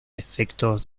efectos